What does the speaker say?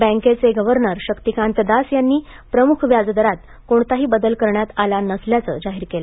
बॅकेचे governor Shaktikanta Das यांनी प्रमुख व्याजदरात कोणताही बदल करण्यात आला नसल्याचं जाहीर केलं